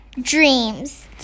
Dreams